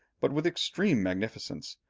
but with extreme magnificence,